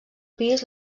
pis